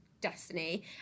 destiny